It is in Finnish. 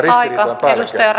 arvoisa puhemies